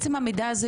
המידע הזה